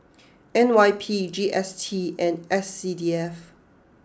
N Y P G S T and S C D F